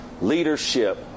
leadership